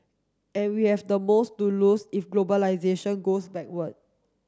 and we have the most to lose if globalisation goes backward